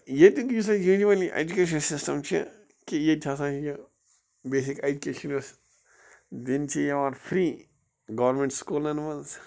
ییٚتُک یُس یہِ جیٚنہِ وَن ایٚجوکیشن سِسٹم چھُ کہِ ییٚتہِ ہسا چھِ بیٚسِک ایٚجوکیشن یۄس دِنہٕ چھِ یِوان فرٛی گورمِنٹ سکوٗلن منٛز